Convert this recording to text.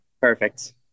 Perfect